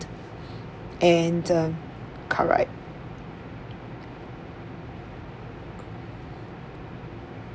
and uh correct